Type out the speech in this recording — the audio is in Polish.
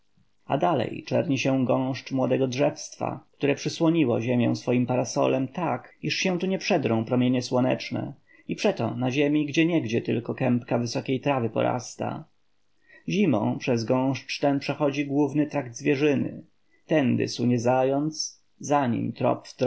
dalej czerni się gąszcz młodego drzewstwa które przysłoniło ziemię swoim parasolem tak iż się tu nie przedrą promienie słoneczne i przeto na ziemi gdzieniegdzie tylko kępka wysokiej trawy porasta zimą przez gąszcz ten przechodzi główny trakt zwierzyny tędy sunie zając a za